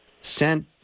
sent